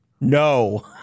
no